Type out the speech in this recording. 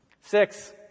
Six